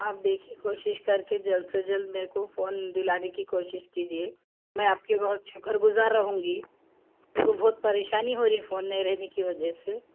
آپ دیکھیے کوشش کر کے جلد سے جلد میرے کو فون دلانے کی کوشش کیجیے میں آپ کی بہت شکرگزار رہوں گی میرے کو بہت پریشانی ہو رہی فون نہیں رہنے کی وجہ سے